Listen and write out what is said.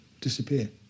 disappear